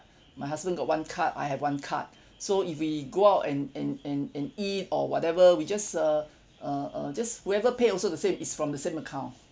my husband got one card I have one card so if we go out and and and and eat or whatever we just uh uh uh just whoever pay also the same is from the same account